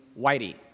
whitey